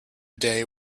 day